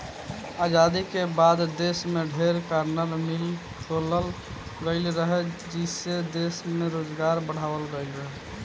आजादी के बाद देश में ढेरे कार्टन मिल खोलल गईल रहे, जेइसे दश में रोजगार बढ़ावाल गईल रहे